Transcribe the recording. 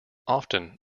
often